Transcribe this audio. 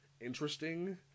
interesting